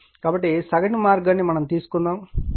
కాబట్టి సగటు మార్గం ని మనం తెలుసుకుందాము